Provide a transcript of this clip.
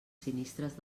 sinistres